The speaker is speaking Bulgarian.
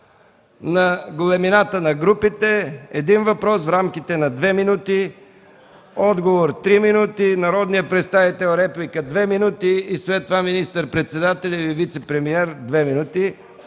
на големината на групите, един въпрос в рамките на две минути, отговор – три минути, народният представител – реплика, две минути, и след това министър-председателят или вицепремиер – две минути.